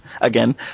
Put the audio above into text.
Again